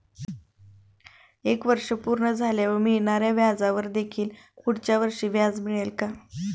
एक वर्ष पूर्ण झाल्यावर मिळणाऱ्या व्याजावर देखील पुढच्या वर्षी व्याज मिळेल का?